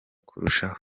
kurushaho